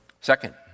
Second